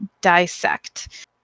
dissect